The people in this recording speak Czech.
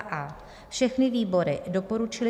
a) všechny výbory doporučily